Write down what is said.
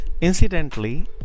Incidentally